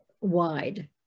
wide